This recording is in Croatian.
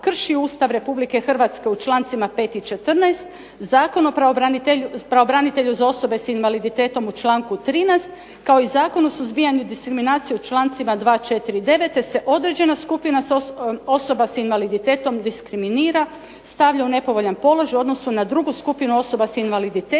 krši Ustav RH u čl. 5. i 14. Zakon o pravobranitelju za osobe s invaliditetom u čl. 13. kao i Zakon o suzbijanju diskriminacije u čl. 2., 4. i 9. te se određena skupina osoba s invaliditetom diskriminira, stavlja u nepovoljan položaj u odnosu na drugu skupinu osoba s invaliditetom